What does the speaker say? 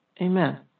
Amen